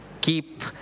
keep